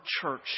church